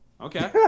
Okay